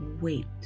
wait